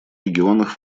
регионах